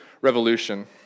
revolution